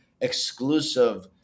exclusive